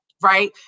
right